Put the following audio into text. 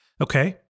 Okay